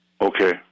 Okay